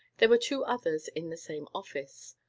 there were two others in the same office.